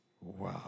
Wow